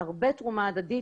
הרבה תרומה הדדית.